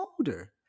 older